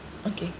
okay